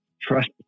trust